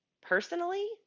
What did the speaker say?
personally